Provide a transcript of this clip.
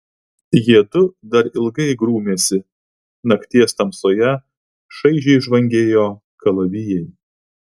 jiedu dar ilgai grūmėsi nakties tamsoje šaižiai žvangėjo kalavijai